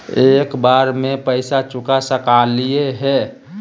एक बार में पैसा चुका सकालिए है?